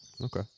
Okay